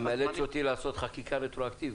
אתה מאלץ אותי לעשות חקיקה רטרואקטיבית.